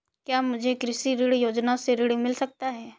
क्या मुझे कृषि ऋण योजना से ऋण मिल सकता है?